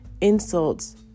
insults